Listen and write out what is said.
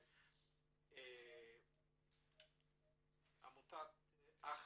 את עמותת אח גדול.